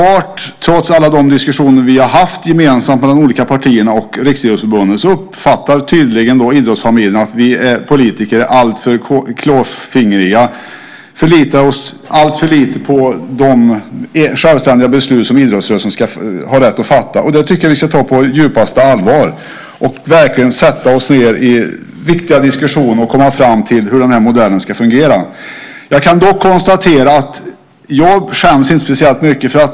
Trots alla de diskussioner som vi har haft gemensamt mellan de olika partierna och Riksidrottsförbundet uppfattas det tydligen som att vi politiker är alltför klåfingriga och förlitar oss alltför lite på de självständiga beslut som idrottsrörelsen ska ha rätt att fatta. Detta tycker jag att vi ska ta på djupaste allvar och verkligen sätta oss ned i viktiga diskussioner för att komma fram till hur denna modell ska fungera. Jag skäms emellertid inte speciellt mycket.